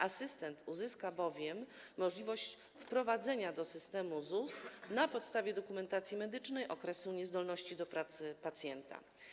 Asystent uzyska bowiem możliwość wprowadzenia do systemu ZUS na podstawie dokumentacji medycznej okresu niezdolności do pracy pacjenta.